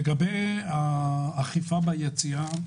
לגבי האכיפה ביציאה,